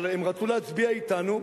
אבל הם רצו להצביע אתנו,